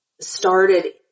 started